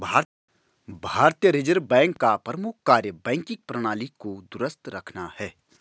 भारतीय reserve bank का प्रमुख कार्य बैंकिंग प्रणाली को दुरुस्त रखना है